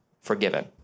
forgiven